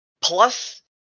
plus